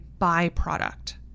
byproduct